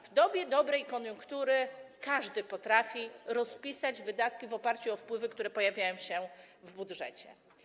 W dobie dobrej koniunktury każdy potrafi rozpisać wydatki w oparciu o wpływy, które pojawiają się w budżecie.